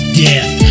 death